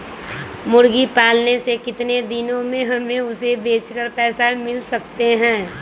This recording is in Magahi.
मुर्गी पालने से कितने दिन में हमें उसे बेचकर पैसे मिल सकते हैं?